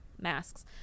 masks